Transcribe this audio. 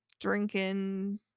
drinking